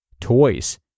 Toys